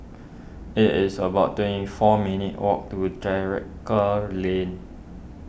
it is about twenty four minutes' walk to Drake Lane